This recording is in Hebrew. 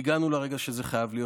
והגענו לרגע שזה חייב להיות.